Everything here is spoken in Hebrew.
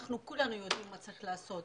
אנחנו כולנו יודעים מה צריך לעשות.